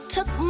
Took